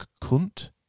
kunt